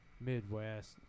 Midwest